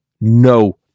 no